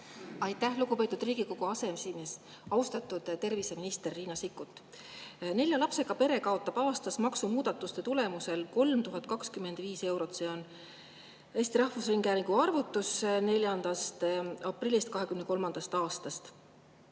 Aitäh, lugupeetud Riigikogu aseesimees! Austatud terviseminister Riina Sikkut! Nelja lapsega pere kaotab maksumuudatuste tulemusel aastas 3025 eurot. See on Eesti Rahvusringhäälingu arvutus 4. aprillist 2023. aastast.